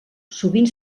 sovint